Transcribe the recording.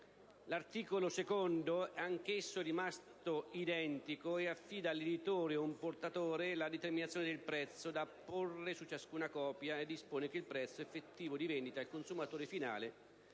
L'articolo 2 (anch'esso rimasto identico) affida all'editore o importatore la determinazione del prezzo da apporre su ciascuna copia e dispone che il prezzo effettivo di vendita al consumatore finale